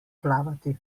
plavati